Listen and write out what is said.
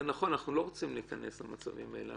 זה נכון, אנחנו לא רוצים להיכנס למצבים האלה.